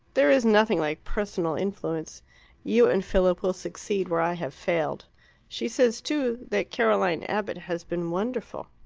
there is nothing like personal influence you and philip will succeed where i have failed she says, too, that caroline abbott has been wonderful.